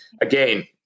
again